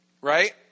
right